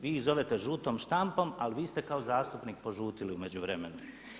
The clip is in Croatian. Vi ih zovete žutom štampom ali vi ste kao zastupnik požutili u međuvremenu.